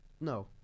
No